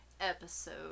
episode